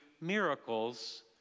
miracles